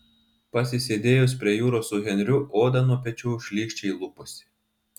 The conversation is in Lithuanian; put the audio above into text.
pasisėdėjus prie jūros su henriu oda nuo pečių šlykščiai luposi